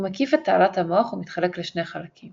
הוא מקיף את תעלת המוח ומתחלק לשני חלקים